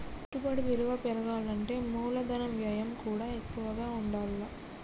పెట్టుబడి విలువ పెరగాలంటే మూలధన వ్యయం కూడా ఎక్కువగా ఉండాల్ల